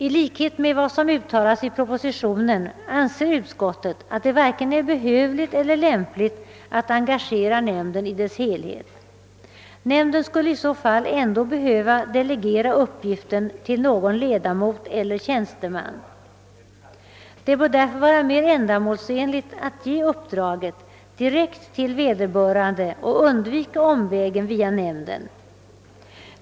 I likhet med vad som uttalas i propositionen har utskotlet inte ansett det vare sig behövligt eller lämpligt att engagera nämnden i dess heihet. Nämnden skulle i så fall ändå delegera uppgiften till någon ledamot eler tjänsteman. Därför bör det vara mer ändamålsenligt att ge uppdraget till vederbörande direkt och undvika omvägen via nämnden.